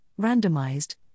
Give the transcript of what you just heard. randomized